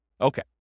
Okay